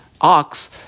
ox